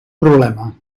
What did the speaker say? problema